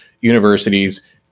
universities